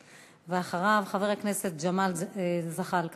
ואחריו, חבר הכנסת ג'מאל זחאלקה.